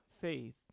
faith